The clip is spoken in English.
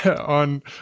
on